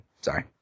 sorry